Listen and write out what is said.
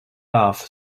love